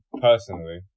personally